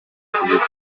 kubikora